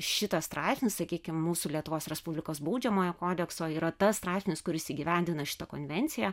šitas straipsnis sakykim mūsų lietuvos respublikos baudžiamojo kodekso yra tas straipsnis kuris įgyvendina šitą konvenciją